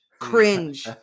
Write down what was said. cringe